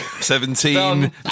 seventeen